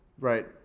Right